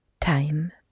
Time